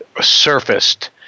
surfaced